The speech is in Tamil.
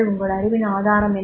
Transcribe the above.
உங்கள் அறிவின் ஆதாரம் என்ன